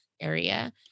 area